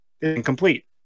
incomplete